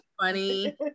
funny